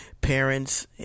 parents